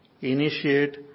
initiate